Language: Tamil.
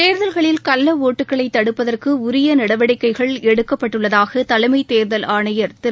தோ்தல்களில் கள்ள ஒட்டுகளைத் தடுப்பதற்கு உரிய நடவடிக்கைகள் எடுக்கப்பட்டுள்ளதாக தலைமைத் தேர்தல் ஆணையர் திரு